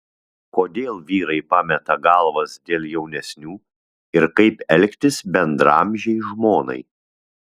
kodėl vyrai pameta galvas dėl jaunesnių ir kaip elgtis bendraamžei žmonai